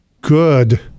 good